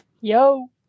Yo